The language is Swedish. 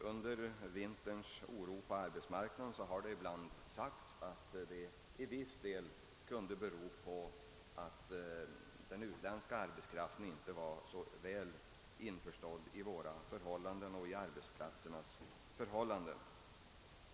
Under vinterns oro på arbetsmarknaden har det ibland sagts att denna oro till viss del kunde bero på att den utländska arbetskraften inte var så väl införstådd med förhållandena här i landet och på arbetsplatsen.